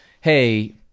hey